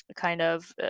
kind of